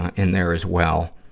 in there as well.